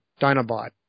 Dinobot